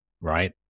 right